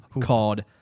called